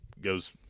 goes